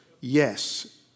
yes